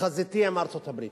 חזיתי עם ארצות-הברית,